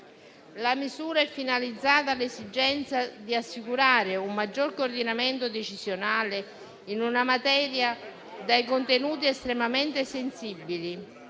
La misura è finalizzata all'esigenza di assicurare un maggior coordinamento decisionale in una materia dai contenuti estremamente sensibili